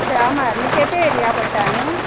तिळामार न्हू केंपे एरया पडटा न्हू